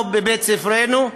לא בבית ספרנו.